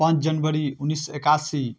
पाँच जनवरी उनैस सओ एकासी